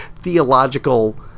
theological